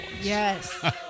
Yes